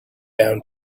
down